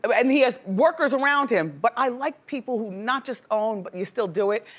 um and he has workers around him, but i like people who not just own but you still do it.